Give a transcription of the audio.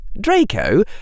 Draco